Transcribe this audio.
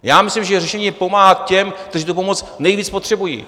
Já myslím, že řešení je pomáhat těm, kteří tu pomoc nejvíc potřebují.